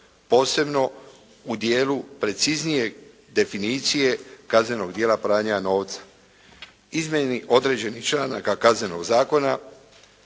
posebno u dijelu preciznije definicije kaznenog djela pranja novca. Izmjeni određenih članaka Kaznenog zakona